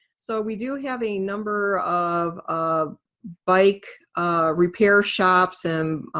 so we do have a number of of bike repair shops, and